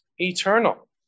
eternal